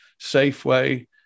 Safeway